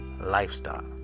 lifestyle